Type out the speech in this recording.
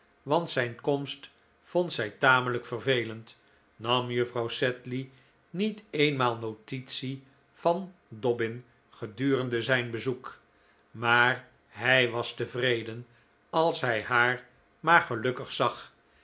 want zijn komst vond zij tamelijk vervelend nam juffrouw sedley niet eenmaal notitie van dobbin gedurende zijn bezoek maar hij was tevreden als hij haar maar gelukkig zag